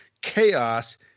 Chaos